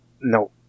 No